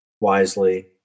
wisely